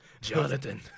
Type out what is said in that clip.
Jonathan